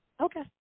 Okay